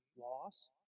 loss